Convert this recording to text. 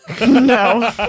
No